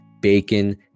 bacon